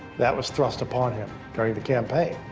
that was thrust upon him during the campaign.